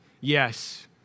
yes